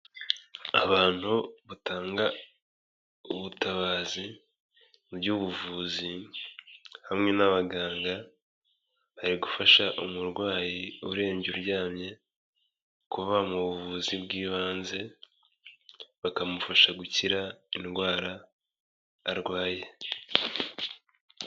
Abantu batanga ubutabazi mu by'ubuvuzi hamwe n'abaganga, bari gufasha umurwayi urembye uryamye, kuba bamuha ubuvuzi bw'ibanze, bakamufasha gukira indwara arwaye.